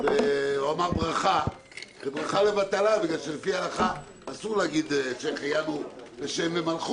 וזאת לפי סעיף 106 לתקנות